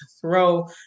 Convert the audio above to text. throw